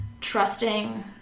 trusting